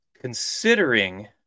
considering